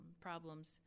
problems